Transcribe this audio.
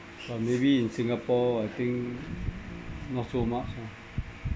so maybe in singapore I think not so much ah